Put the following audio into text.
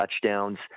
touchdowns